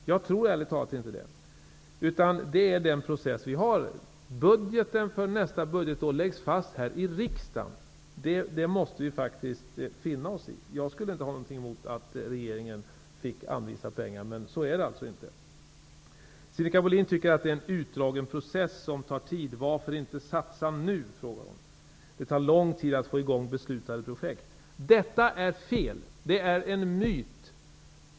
Det tror jag ärligt talat inte att vi skall göra, utan vi har den process vi har. Budgeten för nästa budgetår beslutas här i riksdagen. Det måste vi faktiskt finna oss i. Jag skulle inte ha något emot om regeringen fick anvisa pengar, men det är alltså inte möjligt. Sinnika Bohlin tycker att det är en utdragen process. Varför inte satsa nu? frågar hon. Det tar lång tid att komma i gång med beslutade projekt. Detta är fel. Det är en myt.